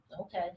okay